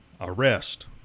arrest